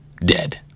dead